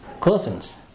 cousins